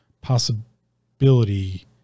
possibility